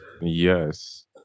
Yes